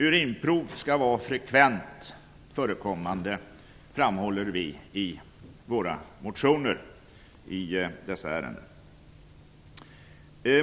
Urinprov skall vara frekvent förekommande, framhåller vi i våra motioner i detta ärende.